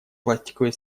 пластиковые